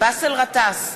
באסל גטאס,